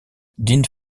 dean